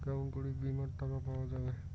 কেমন করি বীমার টাকা পাওয়া যাবে?